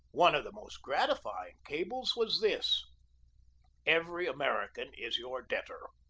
one of the most gratifying cables was this every american is your debtor.